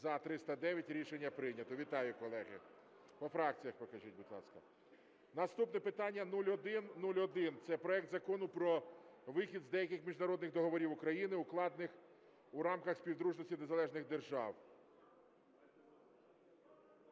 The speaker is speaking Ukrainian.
За-309 Рішення прийнято. Вітаю, колеги! По фракціях покажіть, будь ласка. Наступне питання 0101. Це проект Закону про вихід з деяких міжнародних договорів України, укладених у рамках Співдружності Незалежних Держав.